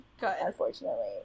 unfortunately